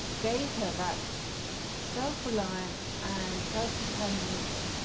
gave her that self-reliance and self-dependence.